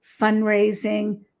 fundraising